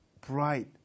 bright